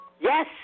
Yes